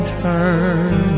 turn